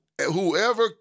whoever